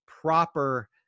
proper